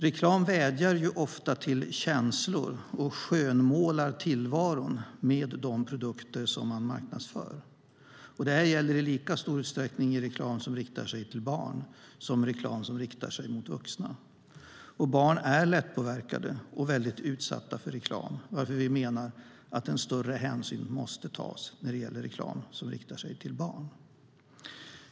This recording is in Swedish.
Reklam vädjar ofta till känslor och skönmålar tillvaron med de produkter som marknadsförs. Det gäller i lika stor utsträckning i reklam som riktar sig till barn som i reklam som riktar sig mot vuxna. Barn är lättpåverkade och väldigt utsatta för reklam, varför vi menar att än större hänsyn måste tas när det gäller reklam som riktar sig till barn.